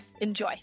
Enjoy